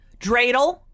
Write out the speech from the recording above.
Dreidel